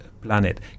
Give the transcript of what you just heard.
planet